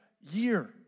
year